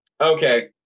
Okay